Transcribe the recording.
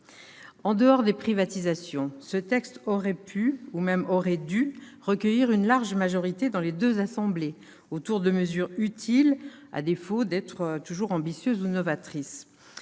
En dehors des privatisations, ce texte aurait pu, et même aurait dû recueillir une large majorité dans les deux assemblées, autour de mesures utiles, à défaut d'être toujours ambitieuses ou novatrices.